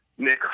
Nick